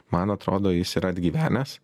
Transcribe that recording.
man atrodo jis yra atgyvenęs